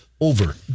over